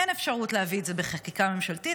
אין אפשרות להביא את זה בחקיקה ממשלתית,